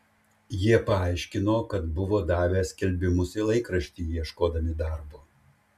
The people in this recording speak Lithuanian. jie paaiškino kad buvo davę skelbimus į laikraštį ieškodami darbo